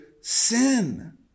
sin